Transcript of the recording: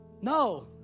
No